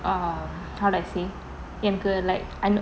ah how do I say எனக்கு:enakku like